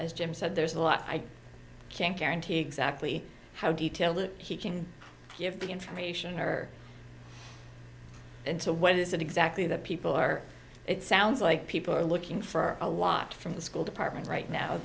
as jim said there's a lot i can't guarantee exactly how detail that he can give me information or into when he said exactly that people are it sounds like people are looking for a lot from the school department right now